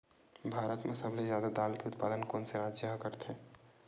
भारत मा सबले जादा दाल के उत्पादन कोन से राज्य हा करथे?